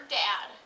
dad